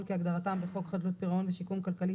כהגדרתם בחוק חדלות פירעון ושיקום כלכלי,